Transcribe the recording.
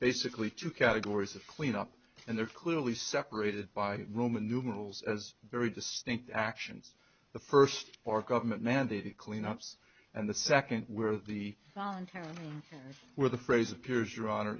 basically two categories of cleanup and they're clearly separated by roman numerals as very distinct actions the first are government mandated cleanups and the second where the voluntary where the phrase appears your honor